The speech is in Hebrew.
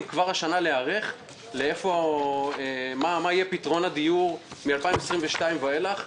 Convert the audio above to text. כבר השנה להיערך למצוא פתרון דיור מ-2022 ואילך.